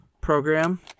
program